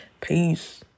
Peace